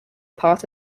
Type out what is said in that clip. part